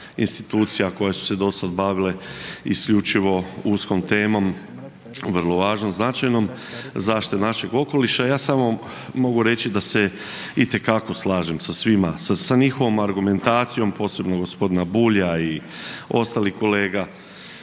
institucija koje su se do sada bavile isključivo uskom temom, vrlo važnom, značajnom zaštite našeg okoliša ja samo mogu reći da se itekako slažem sa svima, sa njihovom argumentacijom, posebno gospodina Bulja i ostalih kolega